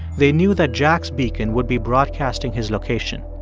they knew that jack's beacon would be broadcasting his location.